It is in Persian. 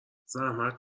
زحمت